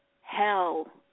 hell